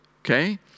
Okay